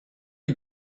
you